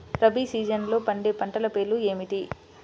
రబీ సీజన్లో పండే పంటల పేర్లు ఏమిటి?